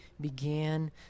began